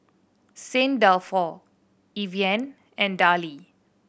Saint Dalfour Evian and Darlie